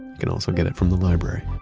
can also get it from the library